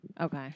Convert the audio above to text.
Okay